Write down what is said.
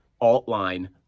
alt-line